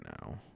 now